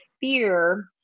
fear